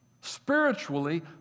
spiritually